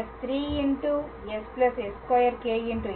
3ss s2κn̂ s3κζb̂